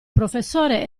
professore